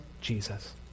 Jesus